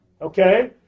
Okay